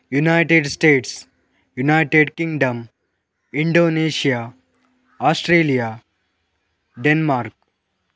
United states united kingdom Indonesia Australia Denmark